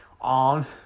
on